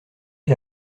est